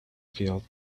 field